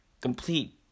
complete